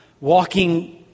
walking